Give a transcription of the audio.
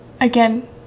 again